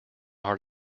heart